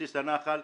בסיס הנח"ל,